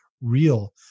real